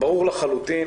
ברור לחלוטין